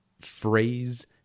phrase